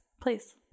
Please